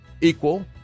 equal